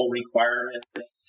requirements